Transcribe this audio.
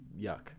yuck